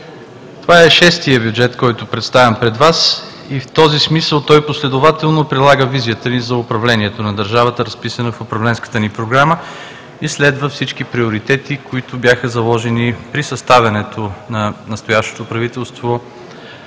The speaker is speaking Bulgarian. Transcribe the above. Това е шестият бюджет, който представям пред Вас, и в този смисъл той последователно прилага визията ни за управлението на държавата, разписана в Управленската ни програма и следва всички приоритети, които бяха заложени при съставянето на настоящото правителство